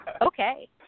Okay